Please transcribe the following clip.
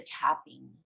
tapping